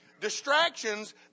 distractions